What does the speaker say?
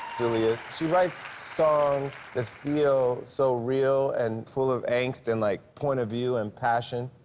julia, she writes songs that feel so real and full of angst and like point of view and passion,